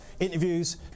Interviews